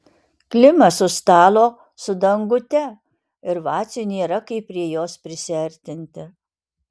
klimas už stalo su dangute ir vaciui nėra kaip prie jos prisiartinti